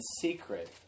secret